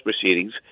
proceedings